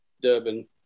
Durban